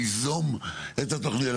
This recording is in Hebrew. ליזום את התוכניות,